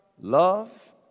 Love